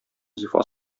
зифа